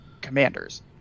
commanders